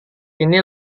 ini